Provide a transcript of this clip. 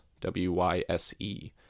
W-Y-S-E